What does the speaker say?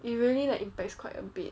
it really like impacts quite a bit